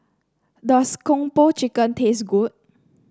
does Kung Po Chicken taste good